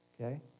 Okay